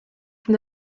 from